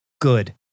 good